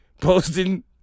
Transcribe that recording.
posting